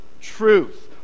truth